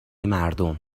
مردم